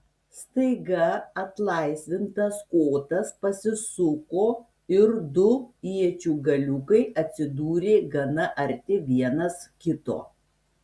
staiga atlaisvintas kotas pasisuko ir du iečių galiukai atsidūrė gana arti vienas kito